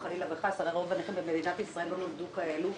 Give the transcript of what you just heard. חלילה וחס הרי רוב הנכים במדינת ישראל לא נולדו כאלה,